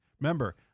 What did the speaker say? Remember